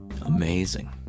Amazing